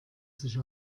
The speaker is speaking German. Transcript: sich